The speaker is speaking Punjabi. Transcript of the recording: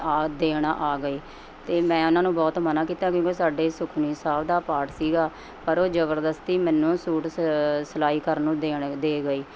ਆ ਦੇਣਾ ਆ ਗਏ ਅਤੇ ਮੈਂ ਉਹਨਾਂ ਨੂੰ ਬਹੁਤ ਮਨ੍ਹਾ ਕੀਤਾ ਕਿਉਂਕਿ ਸਾਡੇ ਸੁਖਮਨੀ ਸਾਹਿਬ ਦਾ ਪਾਠ ਸੀਗਾ ਪਰ ਉਹ ਜ਼ਬਰਦਸਤੀ ਮੈਨੂੰ ਸੂਟ ਸ ਸਿਲਾਈ ਕਰਨ ਨੂੰ ਦੇਣ ਦੇ ਗਈ